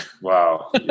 Wow